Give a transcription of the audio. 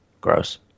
Gross